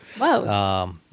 Wow